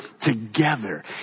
together